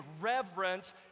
reverence